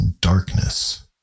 darkness